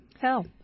Hell